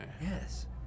Yes